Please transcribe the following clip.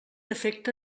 efecte